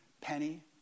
Penny